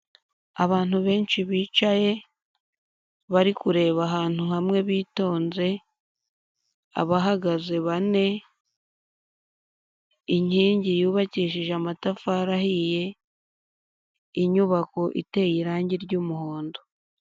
Abantu benshi bicaye, bari kureba ahantu hamwe bitonze, abahagaze bane, inkingi yubakishije amatafari ahiye, inyubako iteye irangi ry'umuhondo.